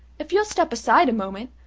if you'll step aside a moment,